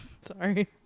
Sorry